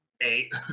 Eight